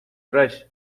crash